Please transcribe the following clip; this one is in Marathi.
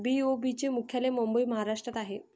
बी.ओ.बी चे मुख्यालय मुंबई महाराष्ट्रात आहे